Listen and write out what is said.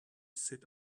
sit